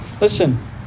listen